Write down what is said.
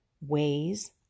ways